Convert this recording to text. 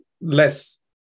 less